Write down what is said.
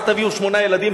אל תביאו שמונה ילדים,